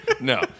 No